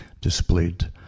displayed